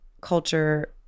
culture